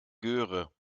göre